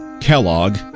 Kellogg